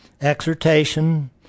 exhortation